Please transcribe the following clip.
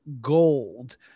gold